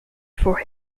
for